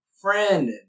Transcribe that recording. friend